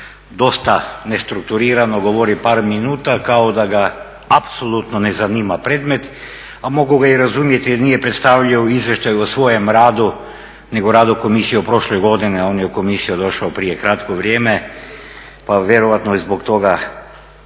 dosta nestrukturirano govori par minuta kao da ga apsolutno ne zanima predmet, a mogu ga i razumjeti jer nije predstavljao izvještaj o svojem radu, nego radu Komisije prošle godine. On je u Komisiju došao prije kratko vrijeme, pa vjerojatno je zbog toga